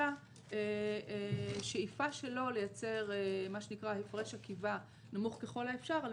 אלא שאיפה שלו לייצר מה שנקרא הפרש עקיבה נמוך ככל האפשר על